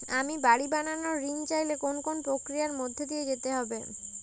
আমি বাড়ি বানানোর ঋণ চাইলে কোন কোন প্রক্রিয়ার মধ্যে দিয়ে যেতে হবে?